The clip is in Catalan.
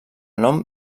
nom